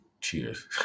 cheers